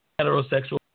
heterosexual